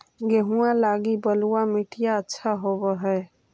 गेहुआ लगी बलुआ मिट्टियां अच्छा होव हैं?